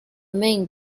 mean